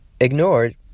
ignored